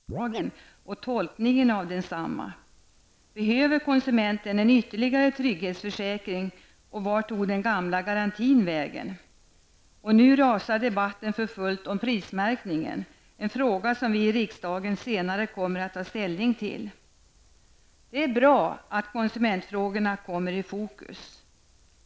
Herr talman! Sällan har intresset för konsumentpolitiken varit så aktuellt som under det senaste året. Den debatt om de höga livsmedelspriserna som startade i somras avlöstes vid jultiden av en debatt om den nya konsumentköplagen och tolkningen av denna. Behöver konsumenten en ytterligare trygghetsförsäkring och vart tog den gamla garantin vägen? Och nu rasar debatten för fullt om prismärkningen -- en fråga som vi i riksdagen senare kommer att ta ställning till. Det är bra att konsumentfrågorna kommer i fokus.